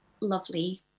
lovely